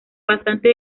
bastante